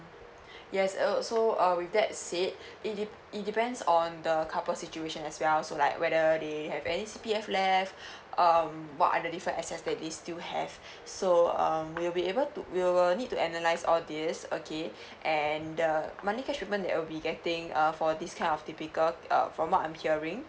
yes uh so uh with that said it deep it depends on the couple's situation as well so like whether they have any C_P_F left um what are the different assets that they still have so um we'll be able to we will need to analyse all these okay and the money cash payment that will be getting uh for this kind of typical uh from what I'm hearing